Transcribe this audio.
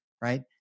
Right